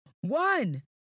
One